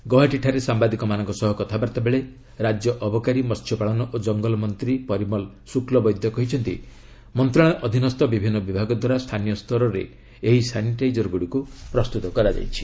ଗୌହାଟୀଠାରେ ସାମ୍ବାଦିକମାନଙ୍କ ସହ କଥାବାର୍ତ୍ତା ବେଳେ ରାଜ୍ୟ ଅବକାରୀ ମହ୍ୟପାଳନ ଓ ଜଙ୍ଗଲ ମନ୍ତ୍ରୀ ପରିମଲ ଶୁକ୍ଲବୈଦ୍ୟ କହିଛନ୍ତି ମନ୍ତ୍ରଣାଳୟ ଅଧିନସ୍ଥ ବିଭିନ୍ନ ବିଭାଗ ଦ୍ୱାରା ସ୍ଥାନୀୟ ସ୍ତରରେ ଏହି ସାନିଟାଇଜରଗୁଡ଼ିକୁ ପ୍ରସ୍ତୁତ କରାଯାଇଛି